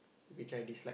which I dislike